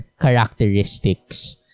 characteristics